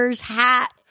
hat